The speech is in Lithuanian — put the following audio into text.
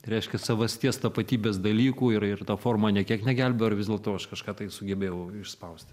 reiškia savasties tapatybės dalykų ir ir ta forma nė kiek negelbėjo ar vis dėlto aš kažką tai sugebėjau išspausti